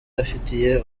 afitiye